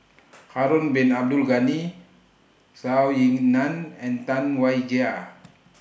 Harun Bin Abdul Ghani Zhou Ying NAN and Tam Wai Jia